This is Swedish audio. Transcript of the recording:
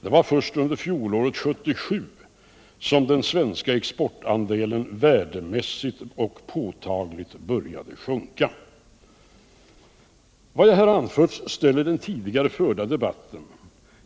Det var först under 1977 som den svenska exportandelen värdemässigt och påtagligt började sjunka. Vad jag här anfört ställer den tidigare förda debatten